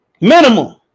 Minimum